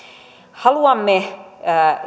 haluamme